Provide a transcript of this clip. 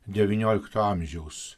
devyniolikto amžiaus